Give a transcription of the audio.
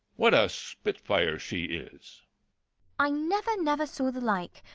what a spitfire she is i never, never saw the like.